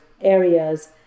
areas